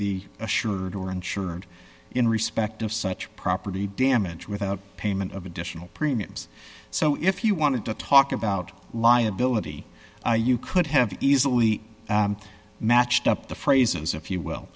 the assured or insured in respect of such property damage without payment of additional premiums so if you wanted to talk about liability you could have easily matched up the phrases if you will